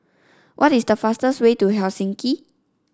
what is the fastest way to Helsinki